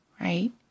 right